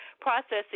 processing